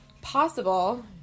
Possible